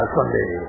Sunday